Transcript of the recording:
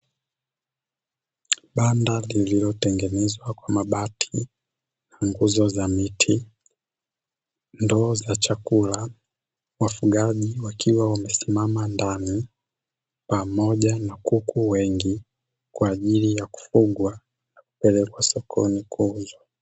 Banda lililotengenezwa kwa mabati na nguzo za miti, ndoo za chakula, wafugaji wakiwa wamesimama ndani pamoja na kuku wengi kwa ajili ya kufugwa na kupelekwa sokoni kuuzwa.